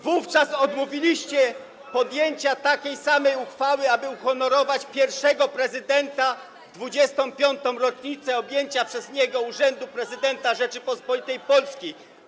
Wówczas odmówiliście podjęcia takiej samej uchwały, aby uhonorować pierwszego prezydenta w 25. rocznicę objęcia przez niego urzędu prezydenta Rzeczypospolitej Polskiej.